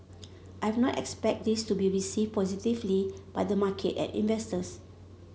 I've not expect this to be received positively by the market and investors